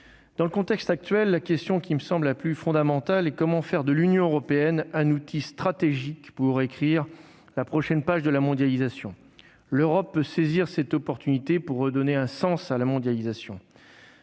Dans le contexte actuel, la question qui me semble la plus fondamentale est la suivante : comment faire de l'Union européenne un outil stratégique pour écrire la prochaine page de la mondialisation ? L'Europe peut saisir cette opportunité pour redonner un sens à la mondialisation.